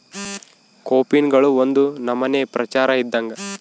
ಕೋಪಿನ್ಗಳು ಒಂದು ನಮನೆ ಪ್ರಚಾರ ಇದ್ದಂಗ